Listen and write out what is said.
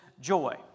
joy